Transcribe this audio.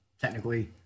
technically